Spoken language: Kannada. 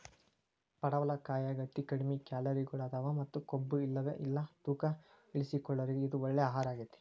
ಪಡವಲಕಾಯಾಗ ಅತಿ ಕಡಿಮಿ ಕ್ಯಾಲೋರಿಗಳದಾವ ಮತ್ತ ಕೊಬ್ಬುಇಲ್ಲವೇ ಇಲ್ಲ ತೂಕ ಇಳಿಸಿಕೊಳ್ಳೋರಿಗೆ ಇದು ಒಳ್ಳೆ ಆಹಾರಗೇತಿ